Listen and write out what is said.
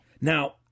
Now